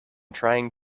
trying